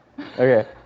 Okay